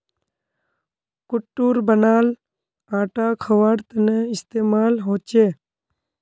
कुट्टूर बनाल आटा खवार तने इस्तेमाल होचे